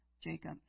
jacob